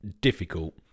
difficult